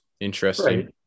interesting